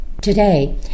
Today